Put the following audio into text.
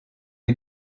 est